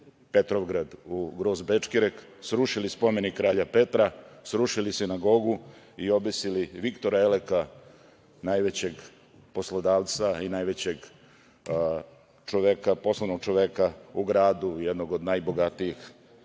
Petrovgrad u Gros Bečkerek, srušili spomenik kralja Petra, srušili sinagogu i obesili Viktora Eleka, najvećeg poslodavca i najvećeg poslovnog čoveka u gradu, jednog od najbogatijih